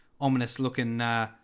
ominous-looking